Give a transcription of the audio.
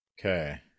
Okay